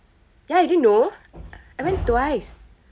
ya you didn't know I went twice